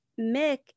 Mick